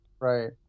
Right